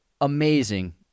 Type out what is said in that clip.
amazing